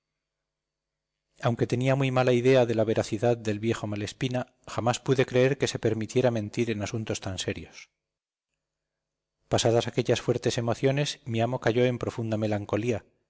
aunque tenía muy mala idea de la veracidad del viejo malespina jamás pude creer que se permitiera mentir en asuntos tan serios pasadas aquellas fuertes emociones mi amo cayó en profunda melancolía